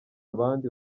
abandi